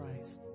Christ